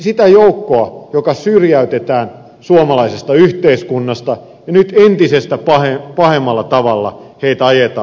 sitä joukkoa joka syrjäytetään suomalaisesta yhteiskunnasta nyt entistä pahemmalla tavalla ajetaan alas